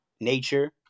Nature